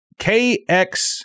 KX